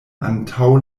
antaŭ